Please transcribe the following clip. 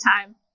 time